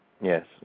Yes